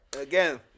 Again